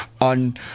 on